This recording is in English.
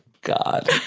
god